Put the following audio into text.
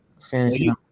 Fantasy